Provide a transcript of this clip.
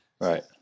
Right